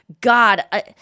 God